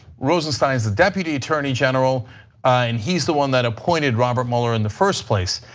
rosenstein is the deputy attorney general and he is the one that appointed robert mueller in the first place.